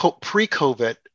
pre-COVID